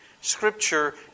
Scripture